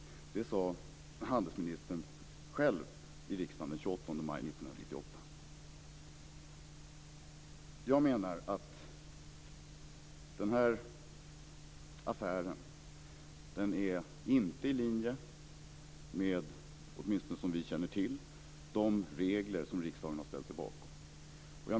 Så sade handelsministern själv i riksdagen den 28 maj 1998. Jag menar att den här affären inte är i linje med - åtminstone enligt vad vi känner till - de regler som riksdagen har ställt sig bakom.